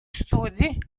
studi